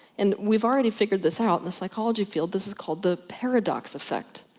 and we've already figured this out, in the psychology field this is called the paradox effect.